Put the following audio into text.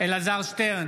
אלעזר שטרן,